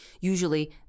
usually